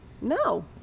no